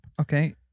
Okay